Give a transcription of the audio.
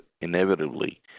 inevitably